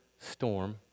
storm